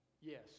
yes